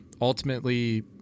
ultimately